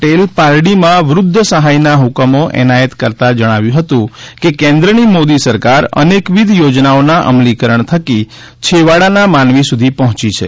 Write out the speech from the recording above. પટેલ પારડીમાં વૃધ્ધ સહાયના હકમો એનાયત કરતાં જણાવ્યું હતું કે કેન્દ્રની મોદી સરકાર અનેકવિધ યોજનાઓના અમલીકરણ થકી છેવાડાના માનવી સુધી પહોંચી છે